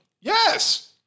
Yes